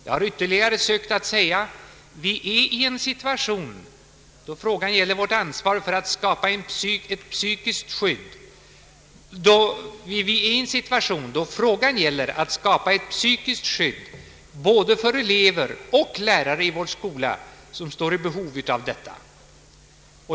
Jag har ytterligare försökt att säga, att vi befinner oss i en situation då frågan gäller att skapa ett psykiskt skydd både för elever och lärare i vår skola som är i behov därav.